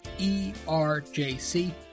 E-R-J-C